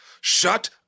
shut